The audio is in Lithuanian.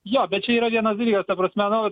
jo bet čia yra vienas dalykas ta prasme nu